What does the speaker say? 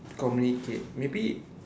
communicate maybe